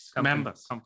members